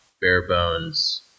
bare-bones